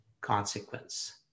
consequence